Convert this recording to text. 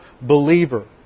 believer